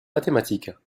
mathématiques